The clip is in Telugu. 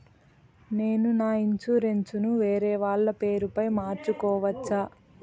నేను నా ఇన్సూరెన్సు ను వేరేవాళ్ల పేరుపై మార్సుకోవచ్చా?